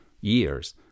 years